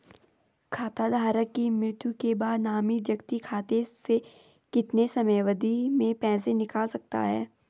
खाता धारक की मृत्यु के बाद नामित व्यक्ति खाते से कितने समयावधि में पैसे निकाल सकता है?